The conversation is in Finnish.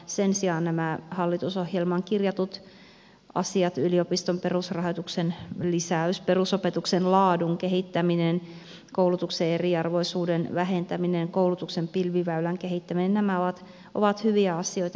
sen sijaan nämä hallitusohjelmaan kirjatut asiat yliopiston perusrahoituksen lisäys perusopetuksen laadun kehittäminen koulutuksen eriarvoisuuden vähentäminen koulutuksen pilviväylän kehittäminen ovat hyviä asioita